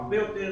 שהרבה יותר